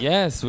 Yes